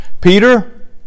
Peter